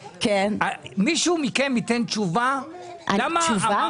מישהו מכם ייתן תשובה --- תשובה?